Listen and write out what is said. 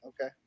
okay